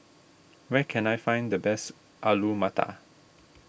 where can I find the best Alu Matar